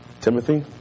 Timothy